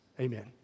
Amen